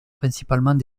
principalement